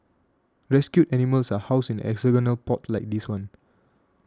rescued animals are housed in hexagonal pods like this one